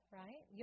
right